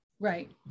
Right